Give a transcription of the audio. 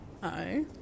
Hi